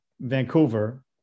Vancouver